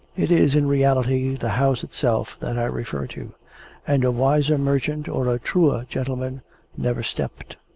it is in reality the house itself that i refer to and a wiser merchant or a truer gentleman never stepped.